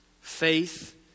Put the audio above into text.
Faith